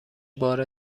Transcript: بار